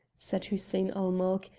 said hussein-ul-mulk,